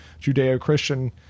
judeo-christian